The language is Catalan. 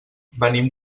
venim